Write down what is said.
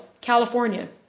California